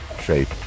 shape